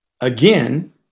Again